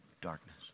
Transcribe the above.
darkness